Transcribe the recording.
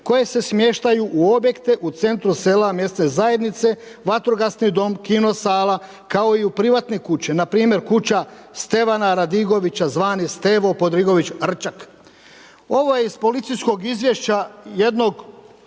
koje se smještaju u objekte u centru sela mjesne zajednice, vatrogasni dom, kino sala kao i u privatne kuće npr. kuća Stevana Radigovića zvani Stevo Podrigović Rčak. Ovo je iz policijskog izvješća jednog